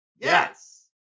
Yes